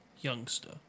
youngster